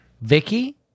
Vicky